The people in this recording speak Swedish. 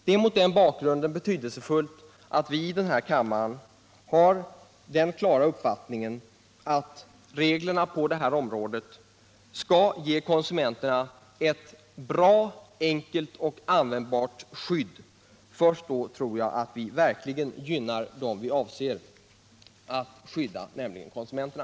Det är mot den bakgrunden betydelsefullt att vi i denna kammare har den klara uppfattningen att reglerna på detta område skall ge konsumenterna ett bra, enkelt och användbart skydd. Först då tror jag att vi verkligen gynnar dem som vi avser att skydda, nämligen konsumenterna.